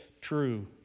true